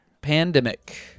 Pandemic